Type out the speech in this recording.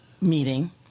meeting